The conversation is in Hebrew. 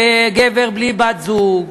גבר בלי בת-זוג,